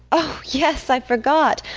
oh yes, i forgot,